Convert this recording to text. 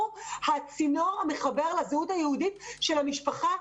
הוא הצינור המחבר לזהות היהודית של המשפחה.